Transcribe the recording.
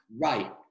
Right